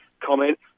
comment